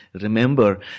remember